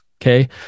okay